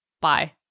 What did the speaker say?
bye